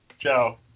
Ciao